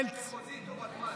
אבל ועדה מחוזית או ותמ"ל?